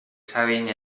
carrying